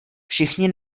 všichni